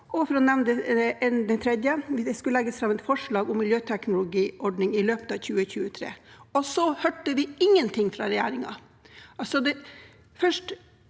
for å nevne det tredje – det skulle legges fram et forslag om miljøteknologiordning i løpet av 2023. Deretter hørte vi ingenting fra regjeringen.